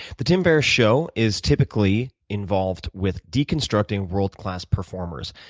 the tim ferriss show is typically involved with deconstructing world class performers.